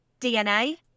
DNA